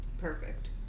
perfect